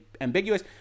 ambiguous